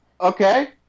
Okay